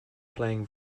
playing